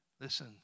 Listen